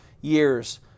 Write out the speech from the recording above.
years